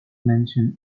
mention